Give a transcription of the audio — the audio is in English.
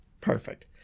Perfect